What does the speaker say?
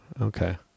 Okay